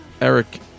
Eric